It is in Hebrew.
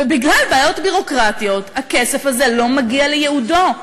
ובגלל בעיות ביורוקרטיות הכסף הזה לא מגיע לייעודו.